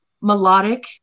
melodic